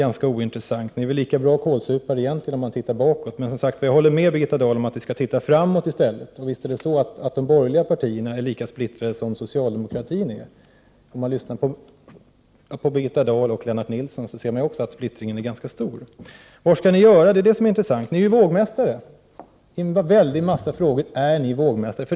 Ni är väl lika goda kålsupare, om man ser bakåt. Men jag håller som sagt med Birgitta Dahl om att vi i stället skall se framåt. Och visst är det så att de borgerliga partierna är lika splittrade som socialdemokratin är. Om man lyssnar på Birgitta Dahl och Lennart Nilsson hör man också att splittringen är ganska stor. Vad skall ni göra? — Det är det som är intressant. Ni är ju vågmästare! I en väldig massa frågor är ni vågmästare.